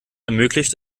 ermöglicht